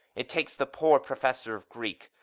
it takes the poor professor of greek,